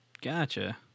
Gotcha